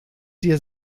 dir